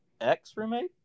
ex-roommate